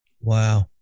Wow